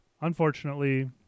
Unfortunately